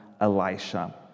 Elisha